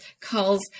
calls